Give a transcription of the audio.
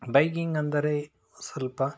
biking ಅಂದರೆ ಸ್ವಲ್ಪ